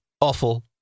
awful